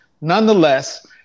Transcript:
Nonetheless